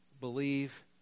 believe